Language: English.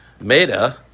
Meta